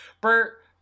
Bert